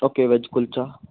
okay veg kulcha